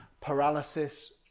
Paralysis